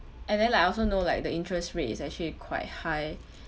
and then like I also know like the interest rate is actually quite high